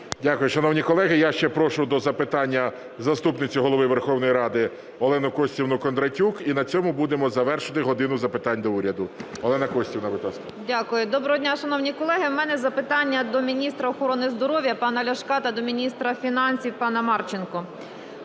Дякую. Шановні колеги, я ще прошу до запитання заступницю Голови Верховної Ради Олену Костівну Кондратюк. І на цьому будемо завершувати "годину запитань до Уряду". Олено Костівно, будь ласка. 12:03:39 КОНДРАТЮК О.К. Дякую. Доброго дня, шановні колеги! У мене запитання до міністра охорони здоров'я пана Ляшка та до міністра фінансів пана Марченка.